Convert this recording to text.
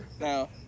Now